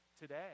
today